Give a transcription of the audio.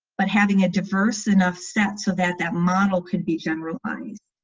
but having a diverse enough stat so that that model can be generalized.